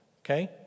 Okay